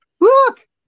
look